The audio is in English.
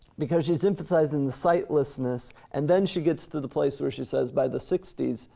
because she's emphasizing the sitelessness, and then she gets to the place where she says, by the sixty s,